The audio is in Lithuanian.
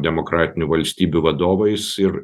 demokratinių valstybių vadovais ir